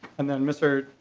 and then mr.